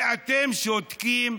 ואתם שותקים?